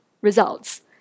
results